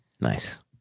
Nice